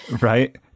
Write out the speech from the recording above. Right